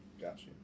Gotcha